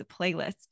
Playlist